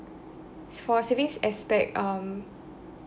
for savings aspect um